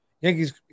Yankees